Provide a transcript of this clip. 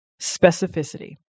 specificity